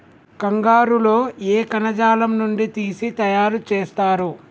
కంగారు లో ఏ కణజాలం నుండి తీసి తయారు చేస్తారు?